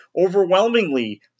overwhelmingly